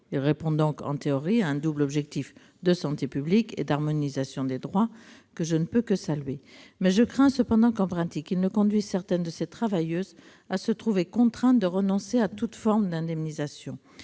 Il répond donc en théorie à un objectif de santé publique et d'harmonisation des droits que je ne puis que saluer. Je crains toutefois que, en pratique, il ne conduise certaines de ces travailleuses à se trouver contraintes de renoncer à toute forme d'indemnisation.